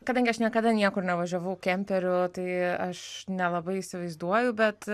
kadangi aš niekada niekur nevažiavau kemperiu tai aš nelabai įsivaizduoju bet